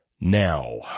Now